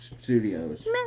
Studios